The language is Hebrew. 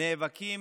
נאבקים